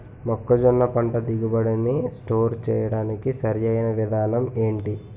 మొక్కజొన్న పంట దిగుబడి నీ స్టోర్ చేయడానికి సరియైన విధానం ఎంటి?